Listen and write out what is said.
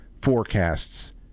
forecasts